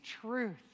truth